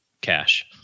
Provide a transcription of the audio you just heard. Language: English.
cash